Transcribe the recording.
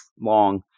long